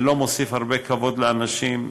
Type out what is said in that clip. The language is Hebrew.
שלא מוסיף הרבה כבוד לאנשים,